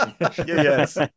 Yes